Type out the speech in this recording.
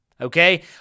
Okay